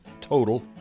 total